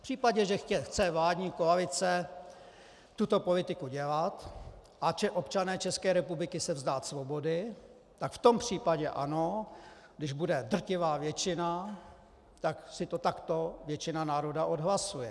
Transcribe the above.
V případě, že chce vládní koalice tuto politiku dělat, a či občané České republiky se vzdát svobody, tak v tom případě ano, když bude drtivá většina, tak si to takto většina národa odhlasuje.